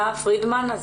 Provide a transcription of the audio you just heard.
רוצה